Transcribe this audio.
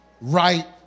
right